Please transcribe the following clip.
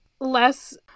less